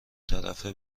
طرفه